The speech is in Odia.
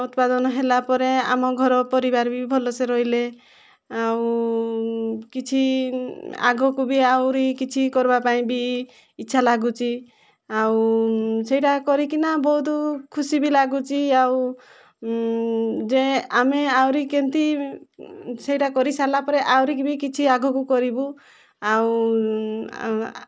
ଉତ୍ପାଦନ ହେଲାପରେ ଆମ ଘର ପରିବାର ବି ଭଲସେ ରହିଲେ ଆଉ କିଛି ଆଗକୁବି ଆହୁରି କିଛି କରିବାପାଇଁ ବି ଇଚ୍ଛା ଲାଗୁଛି ଆଉ ସେଇଟା କରିକିନା ବହୁତ ଖୁସି ବି ଲାଗୁଛି ଆଉ ଯେ ଆମେ ଆହୁରି କେମିତି ସେଇଟା କରିସାରିଲାପରେ ଆହୁରି ବି ଆଗକୁ କିଛି କରିବୁ ଆଉ